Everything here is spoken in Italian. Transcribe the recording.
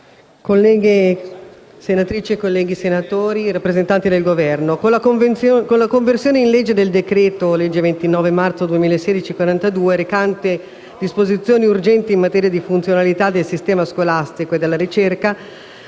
colleghe e colleghi, rappresentanti del Governo, con la conversione in legge del decreto-legge n. 42 del 2016, recante disposizioni urgenti in materia di funzionalità del sistema scolastico e della ricerca,